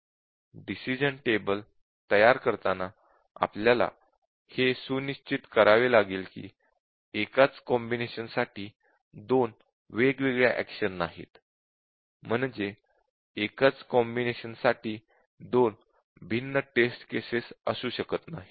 decision table तयार करताना आपल्याला हे सुनिश्चित करावे लागेल की एकाच कॉम्बिनेशन साठी दोन वेगवेगळ्या एक्शन नाहीत म्हणजे एकाच कॉम्बिनेशन साठी दोन भिन्न टेस्ट केसेस असू शकत नाहीत